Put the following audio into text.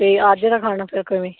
ਅਤੇ ਅੱਜ ਦਾ ਖਾਣਾ ਫਿਰ ਕਿਵੇਂ